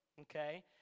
Okay